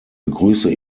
begrüße